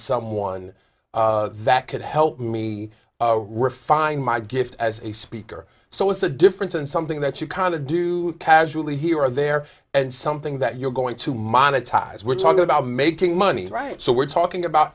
someone that could help me refine my gift as a speaker so it's a difference and something that you kind of do casually here or there and something that you're going to monetize we're talking about making money right so we're talking about